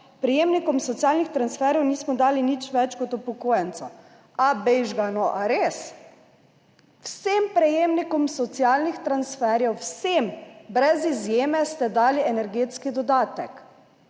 Prejemnikom socialnih transferjev nismo dali nič več kot upokojence. Ah, bežite, no! A res? Vsem prejemnikom socialnih transferjev, vsem brez izjeme ste dali energetski dodatek,